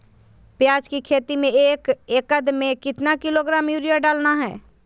प्याज की खेती में एक एकद में कितना किलोग्राम यूरिया डालना है?